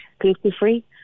gluten-free